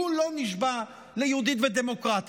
הוא לא נשבע ל"יהודית ודמוקרטית".